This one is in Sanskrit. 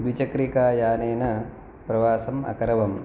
द्विचक्रिकायानेन प्रवासम् अकरवम्